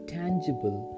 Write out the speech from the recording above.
tangible